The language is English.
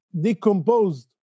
decomposed